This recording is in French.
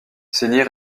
saigner